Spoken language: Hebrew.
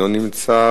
לא נמצא,